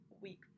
week